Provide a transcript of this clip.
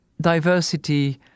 diversity